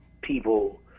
people